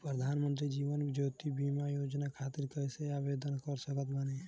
प्रधानमंत्री जीवन ज्योति बीमा योजना खातिर कैसे आवेदन कर सकत बानी?